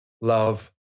love